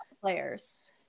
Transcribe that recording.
players